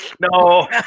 No